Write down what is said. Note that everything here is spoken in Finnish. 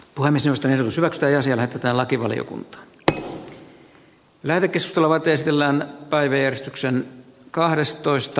pane seosten säveltäjä sillä tätä lakivaliokunta teki värikäs oleva testillä päivystyksen kahdestoista